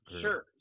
Sure